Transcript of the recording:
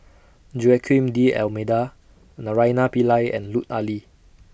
Joaquim D'almeida Naraina Pillai and Lut Ali